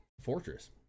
Fortress